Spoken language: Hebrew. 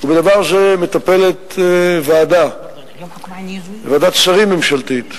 בדבר זה מטפלת ועדה, ועדת שרים ממשלתית.